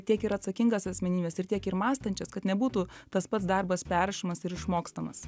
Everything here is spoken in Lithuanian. tiek ir atsakingas asmenybes ir tiek ir mąstančias kad nebūtų tas pats darbas perrašomas ir išmokstamas